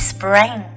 Spring